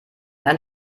ein